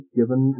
given